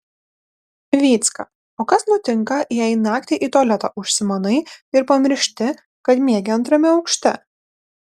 vycka o kas nutinka jei naktį į tualetą užsimanai ir pamiršti kad miegi antrame aukšte